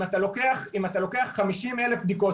אם אתה לוקח 50,000 בדיקות,